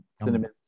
cinnamon